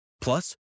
Plus